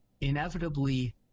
inevitably